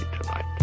tonight